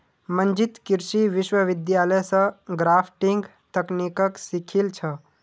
मंजीत कृषि विश्वविद्यालय स ग्राफ्टिंग तकनीकक सीखिल छ